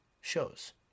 shows